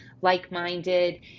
like-minded